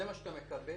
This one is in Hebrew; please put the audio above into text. זה מה שאתה מקבל,